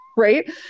right